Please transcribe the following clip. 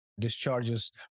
discharges